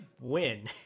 win